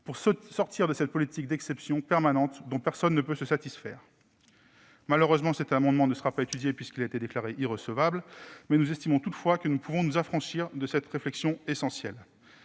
pour sortir de cette politique d'exception permanente, dont personne ne peut se satisfaire. Malheureusement, cet amendement ne sera pas examiné, ayant été déclaré irrecevable. Nous estimons toutefois que nous ne pourrons nous affranchir de cette réflexion essentielle.